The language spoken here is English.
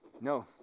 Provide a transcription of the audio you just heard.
No